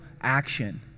action